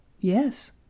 Yes